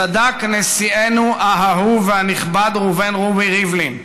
צדק נשיאנו האהוב והנכבד ראובן רובי ריבלין,